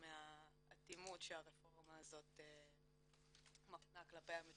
מהאטימות שהרפורמה הזאת מפנה כלפי המטופלים,